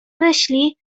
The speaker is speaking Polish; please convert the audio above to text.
myśli